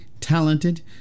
talented